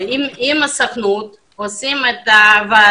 עם הסוכנות אנחנו מקיימים את הוועדות